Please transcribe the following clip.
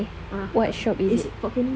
ah it's fort canning park